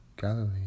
Galilee